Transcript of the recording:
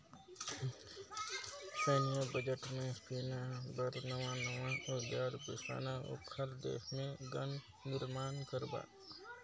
सैन्य बजट म सेना बर नवां नवां अउजार बेसाना, ओखर देश मे गन निरमान करबा